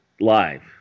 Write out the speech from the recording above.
Live